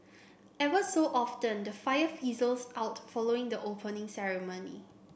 ever so often the fire fizzles out following the Opening Ceremony